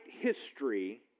history